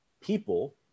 people